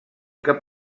cap